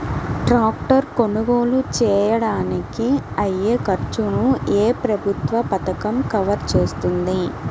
Tractor కొనుగోలు చేయడానికి అయ్యే ఖర్చును ఏ ప్రభుత్వ పథకం కవర్ చేస్తుంది?